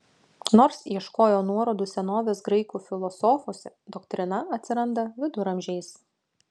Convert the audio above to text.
nors ieškojo nuorodų senovės graikų filosofuose doktrina atsiranda viduramžiais